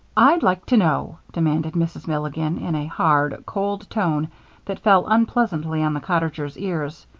i'd like to know, demanded mrs. milligan, in a hard, cold tone that fell unpleasantly on the cottagers' ears,